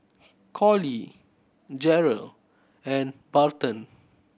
Callie Jarrell and Barton